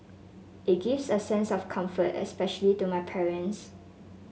it gives a sense of comfort especially to my parents